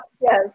Yes